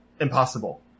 impossible